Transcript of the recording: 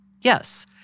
Yes